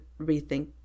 rethink